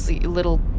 little